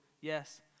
Yes